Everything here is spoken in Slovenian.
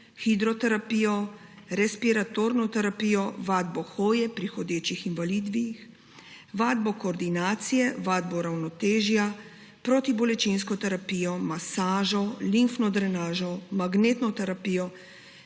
hidroterapijo, respiratorno terapijo, vadbo hoje pri hodečih invalidih, vadbo koordinacije, vadbo ravnotežja, protibolečinsko terapijo, masažo, limfno drenažo, magnetno terapijo,